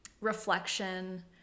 reflection